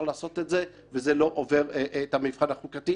לעשות את זה וזה לא עובר את המבחן החוקתי.